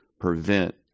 prevent